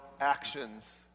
actions